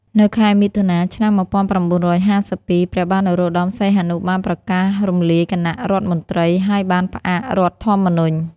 នៅខែមិថុនា ឆ្នាំ១៩៥២ ព្រះបាទនរោត្តម សីហនុ បានប្រកាសរំលាយគណៈរដ្ឋមន្ត្រី ហើយបានផ្អាករដ្ឋធម្មនុញ្ញ។